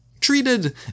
Treated